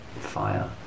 fire